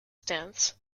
stands